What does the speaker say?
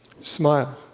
Smile